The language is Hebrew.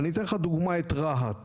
אתן לך דוגמה את רהט.